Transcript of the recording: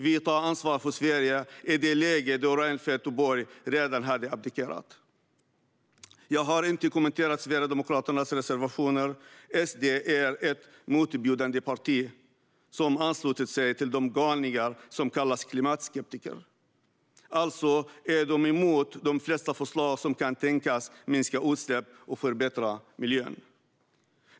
Vi tar ansvar för Sverige i ett läge där Reinfeldt och Borg redan skulle ha abdikerat. Jag har inte kommenterat Sverigedemokraternas reservationer. SD är ett motbjudande parti som anslutit sig till de galningar som kallas klimatskeptiker. Alltså är de emot de flesta förslag som kan tänkas minska utsläpp och förbättra miljön.